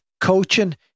coaching